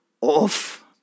Off